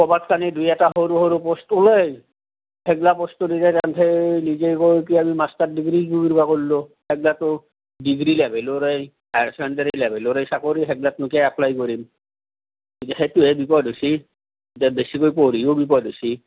ক'ৰবাত দুই এটা সৰু সৰু প'ষ্ট ওলায় সেইগিলা প'ষ্ট তাহাঁতে নিজে কয় এতিয়া আমি মাষ্টাৰ ডিগ্ৰী কি কৰবা কল্লো সেইগ্লাটো ডিগ্ৰী লেভেলৰেই হায়াৰ ছেকেণ্ডাৰী লেভেলৰে চাকৰি সেইগ্লানো কিয়া এপ্লাই কৰিম এতিয়া সেইটোহে বিপদ হৈছে এতিয়া বেছিকৈ পঢ়িও বিপদ হৈছে